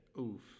Oof